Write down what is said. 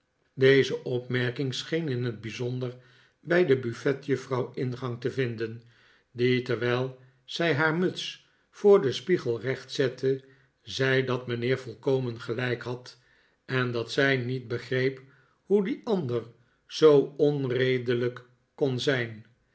deze opmerking scheen in t bijzonder bij de buffetjuffrouw ingang te vinden die terwijl zij haar muts voor den spiegel recht zette zei dat mijnheer volkomen gelijk had en dat zij niet begreep hoe die ander zoo onredelijk kon zijn